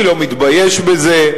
אני לא מתבייש בזה.